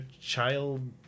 child